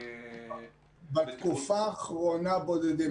בתקופה האחרונה בודדים.